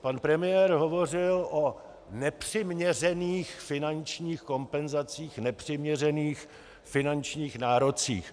Pan premiér hovořil o nepřiměřených finančních kompenzacích, nepřiměřených finančních nárocích.